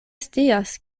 scias